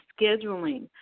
Scheduling